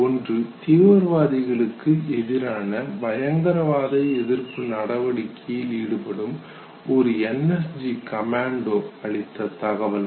ஒன்று தீவிரவாதிகளுக்கு எதிரான பயங்கரவாத எதிர்ப்பு நடவடிக்கையில் ஈடுபட்ட ஒரு NSG கமெண்டோ அளித்த தகவல்கள்